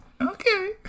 okay